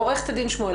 עוה"ד שמואל,